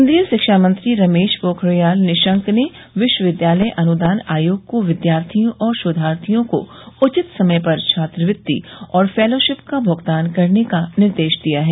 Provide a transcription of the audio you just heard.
केन्द्रीय शिक्षा मंत्री रमेश पोखरियाल निशंक ने विश्वविद्यालय अनुदान आयोग को विद्यार्थियों और शोधार्थियों को उचित समय पर छात्रवृत्ति और फैलोशिप का भुगतान करने का निर्देश दिया है